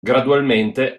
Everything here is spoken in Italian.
gradualmente